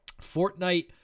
Fortnite